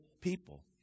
people